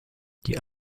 die